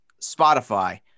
Spotify